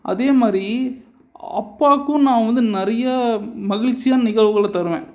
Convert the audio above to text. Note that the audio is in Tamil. அதே மாதிரி அப்பாக்கும் நான் வந்து நிறைய மகிழ்ச்சியான நிகழ்வுகளை தருவேன்